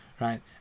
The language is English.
right